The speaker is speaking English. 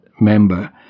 member